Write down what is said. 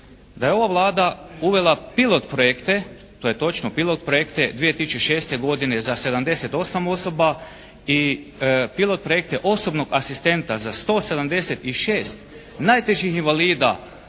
Da je ova Vlada uvela pilot projekte, to je točno pilot projekte 2006. godine za 78 osoba i pilot projekte osobnog asistenta za 176 najtežih invalida